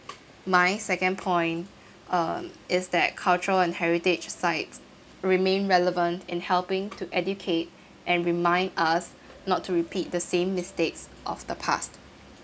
my second point um is that culture and heritage sites remain relevant in helping to educate and remain us not to repeat the same mistakes of the past